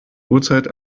uhrzeit